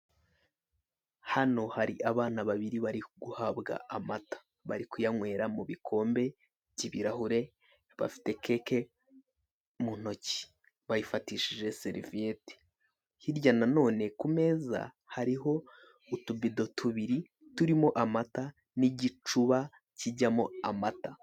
Hano hari abana babiri bari guhabwa amata, bari kuyanywera mu bikombe by'ibirahure, bafite keke mu ntoki bayifatishije seriviyete. Hirya na none ku meza hariho utubido tubiri turimo amata n'igicuba kijyamo amata.